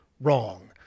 wrong